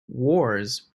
wars